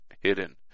hidden